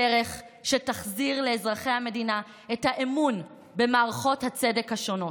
דרך שתחזיר לאזרחי המדינה את האמון במערכות הצדק השונות,